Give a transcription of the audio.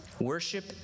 Worship